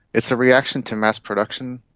it's a reaction to mass production.